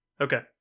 Okay